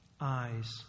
eyes